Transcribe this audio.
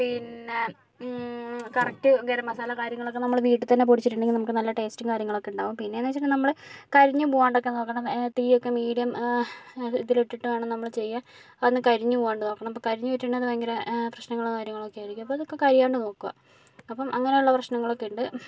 പിന്നേ കറക്റ്റ് ഗരംമസാല കാര്യങ്ങളൊക്കെ നമ്മൾ വീട്ടിൽ തന്നെ പൊടിച്ചിട്ടുണ്ടെങ്കിൽ നമുക്ക് നല്ല ടേസ്റ്റും കാര്യങ്ങളുമൊക്കെ ഇണ്ടാകും പിന്നെ എന്ന് വെച്ചിട്ടുണ്ടേൽ നമ്മള് കരിഞ്ഞു പോകാണ്ട് ഒക്കെ നോക്കണം തീ ഒക്കെ മീഡിയം അത് ഇതിലിട്ടിട്ട് വേണം നമ്മള് ചെയ്യാൻ അത് ഒന്നും കരിഞ്ഞു പോകാണ്ട് നോക്കണം ഇപ്പം കരിഞ്ഞു പോയിട്ടുണ്ടേ അത് ഭയങ്കര പ്രശ്നനങ്ങളും കാര്യങ്ങളും ഒക്കെ ആയിരിക്കും അപ്പോ അതൊക്കെ കരിയാണ്ട് നോക്കുക അപ്പം അങ്ങനെയുള്ള പ്രശ്നങ്ങളൊക്കെ ഉണ്ട്